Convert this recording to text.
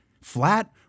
flat